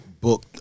Book